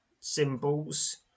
Symbols